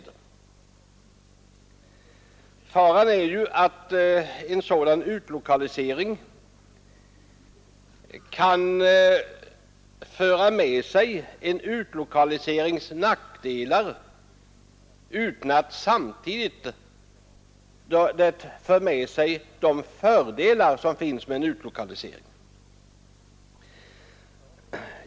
En fara är att en sådan utlokalisering kan föra med sig en utlokaliserings nackdelar utan att samtidigt föra med sig de fördelar som kan åstadkommas med en utlokalisering.